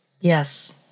yes